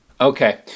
Okay